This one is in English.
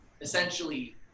essentially